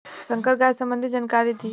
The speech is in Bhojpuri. संकर गाय संबंधी जानकारी दी?